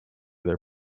their